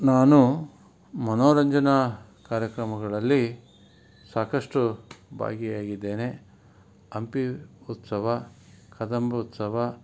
ನಾನು ಮನೋರಂಜನಾ ಕಾರ್ಯಕ್ರಮಗಳಲ್ಲಿ ಸಾಕಷ್ಟು ಭಾಗಿಯಾಗಿದ್ದೇನೆ ಹಂಪಿ ಉತ್ಸವ ಕದಂಬ ಉತ್ಸವ